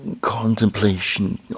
contemplation